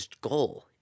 goal